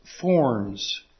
forms